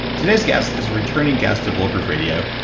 today's guest is a returning guest of bulletproof radio.